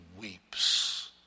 weeps